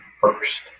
first